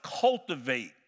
cultivate